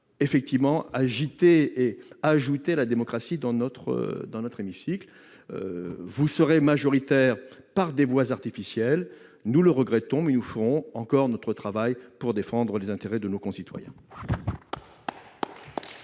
tout en respectant la démocratie dans notre hémicycle. Vous serez majoritaires par des voies artificielles, nous le déplorons, mais nous ferons notre travail pour défendre les intérêts de nos concitoyens.